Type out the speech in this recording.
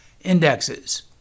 indexes